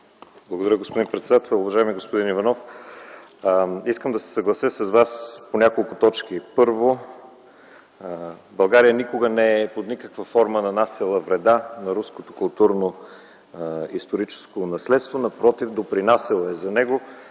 Благодаря, господин председател. Уважаеми господин Иванов, искам да се съглася с Вас по няколко точки. Първо, България никога и под никаква форма не е нанасяла вреда на руското културно-историческо наследство. Напротив, допринасяла е за него